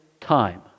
time